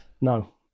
No